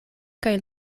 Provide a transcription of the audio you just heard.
kaj